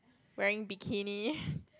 wearing bikini